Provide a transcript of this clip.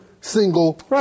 single